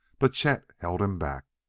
but chet held him back.